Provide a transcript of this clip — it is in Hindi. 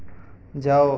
जाओ